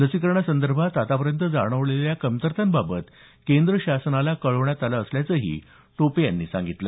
लसीकरणासंदर्भात आतापर्यंत जाणवलेल्या कमतरतांबाबत केंद्र शासनाला कळवण्यात आलं असल्याचं टोपे यांनी सांगितलं